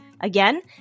Again